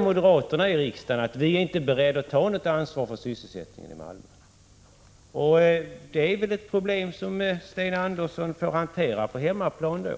Moderaterna i riksdagen säger att de inte är beredda att ta något ansvar för sysselsättningen i Malmö. Det är väl ett problem som Sten Andersson i Malmö får försöka hantera på hemmaplan.